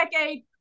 decade